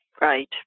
Right